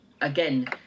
Again